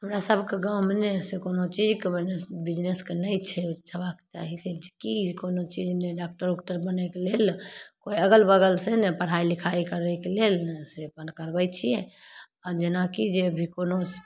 हमरासभके गाममे से कोनो चीजके बिजनेस के नहि छै ओ हेबाके चाही कि जे कोनो चीज नहि डाकटर उकटर बनैके लेल कोइ अगल बगलसे ने पढ़ाइ लिखाइ करैके लेल ने से अपन करबै छिए आओर जेनाकि जे भी कोनो